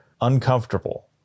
uncomfortable